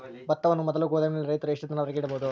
ಭತ್ತವನ್ನು ಮೊದಲು ಗೋದಾಮಿನಲ್ಲಿ ರೈತರು ಎಷ್ಟು ದಿನದವರೆಗೆ ಇಡಬಹುದು?